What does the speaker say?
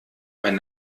mein